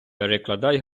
перекладай